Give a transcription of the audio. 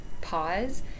pause